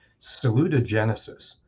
salutogenesis